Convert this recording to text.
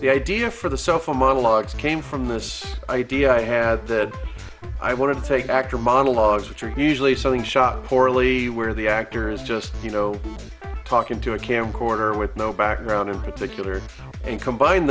the idea for the self or monologues came from this idea i had that i wanted to take actor monologues which are usually something shot poorly where the actor is just you know talking to a camcorder with no background in particular and combine